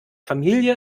familie